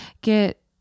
get